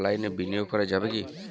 অনলাইনে বিনিয়োগ করা যাবে কি?